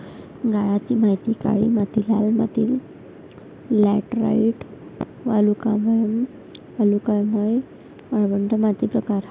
गाळाची माती काळी माती लाल माती लॅटराइट वालुकामय वालुकामय वाळवंट माती प्रकार